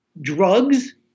drugs